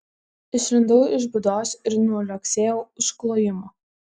išlindau iš būdos ir nuliuoksėjau už klojimo